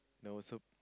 no so